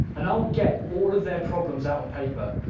and i'll get all of their problems out on paper.